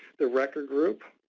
the record group,